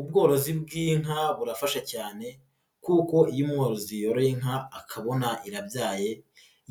Ubworozi bw'inka burafasha cyane kuko iyo umworozi yoroye inka akabona irabyaye